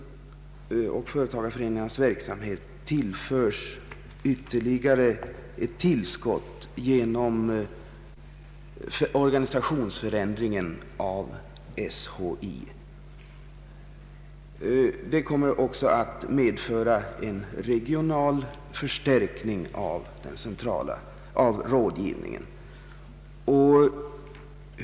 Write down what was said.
Företagareföreningarnas verksamhet tillförs ytterligare ett tillskott genom organisationsförändringen av Statens institut för hantverk och industri, SHI. Det kommer också att föra med sig en regional förstärkning av rådgivningen.